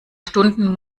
stunden